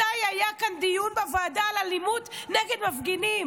מתי היה כאן דיון בוועדה על אלימות נגד מפגינים?